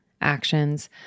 actions